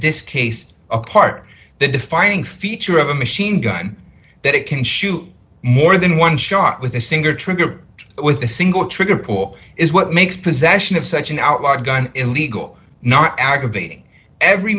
this case apart the defining feature of a machine gun that it can shoot more than one shot with a singer trigger with a single trigger point is what makes possession of such an outlaw gun illegal not aggravating every